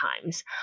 times